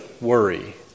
worry